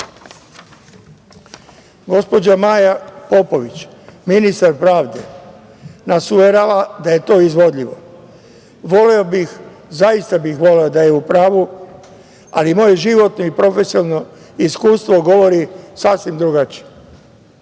Gospođa Maja Popović, ministar pravde, nas uverava da je to izvodljivo. Voleo bih, zaista bih voleo da je u pravu, ali moje životno i profesionalno iskustvo govori sasvim drugačije.